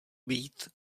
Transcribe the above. být